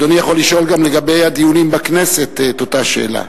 אדוני יכול לשאול גם לגבי הדיונים בכנסת את אותה שאלה.